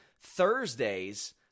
Thursdays